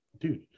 dude